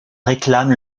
réclament